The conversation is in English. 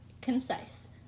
concise